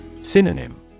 Synonym